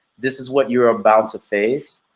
this is what you're about to face.